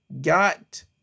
got